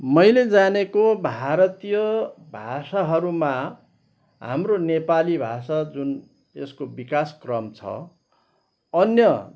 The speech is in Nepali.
मैले जानेको भारतीय भाषाहरूमा हाम्रो नेपाली भाषा जुन यसको विकासक्रम छ अन्य